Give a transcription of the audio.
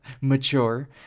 mature